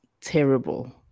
terrible